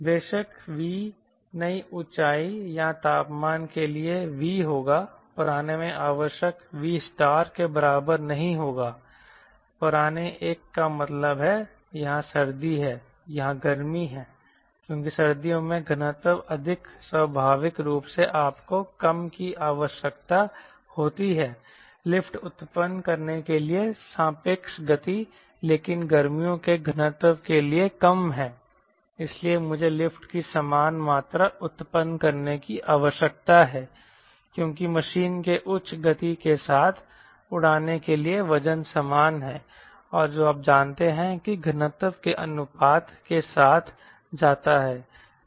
बेशक V नई ऊंचाई या तापमान के लिए यह V होगा पुराने में आवश्यक V के बराबर नहीं होगा पुराने एक का मतलब है यहां सर्दी है यहां गर्मी है क्योंकि सर्दियों में घनत्व अधिक स्वाभाविक रूप से आपको कम की आवश्यकता होती है लिफ्ट उत्पन्न करने के लिए सापेक्ष गति लेकिन गर्मियों के घनत्व के लिए कम है इसलिए मुझे लिफ्ट की समान मात्रा उत्पन्न करने की आवश्यकता है क्योंकि मशीन को उच्च गति के साथ उड़ाने के लिए वजन समान है और जो आप जानते हैं कि घनत्व के अनुपात के साथ जाता है